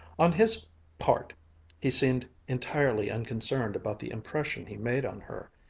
on his part he seemed entirely unconcerned about the impression he made on her.